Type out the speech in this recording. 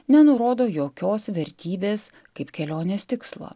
nenurodo jokios vertybės kaip kelionės tikslą